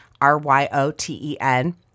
R-Y-O-T-E-N